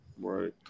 Right